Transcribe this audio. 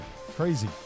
Crazy